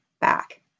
back